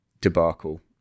debacle